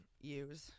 use